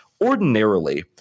ordinarily